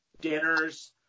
dinners